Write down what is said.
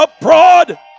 abroad